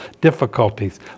difficulties